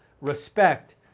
respect